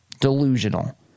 delusional